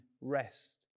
rest